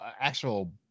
actual